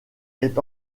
est